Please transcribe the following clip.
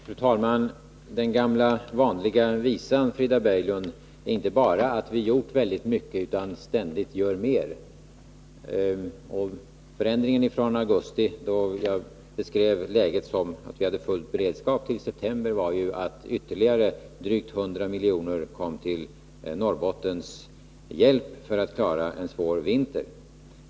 Fru talman! Den gamla vanliga visan, Frida Berglund, innebär inte bara att vi gjort väldigt mycket utan också att vi gör ständigt mer. Förändringen från augusti— jag beskrev läget då så att vi hade full beredskap - till september var att ytterligare drygt 100 miljoner kom till Norrbottens hjälp för att man skall klara en svår vinter.